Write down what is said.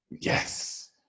Yes